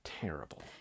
terrible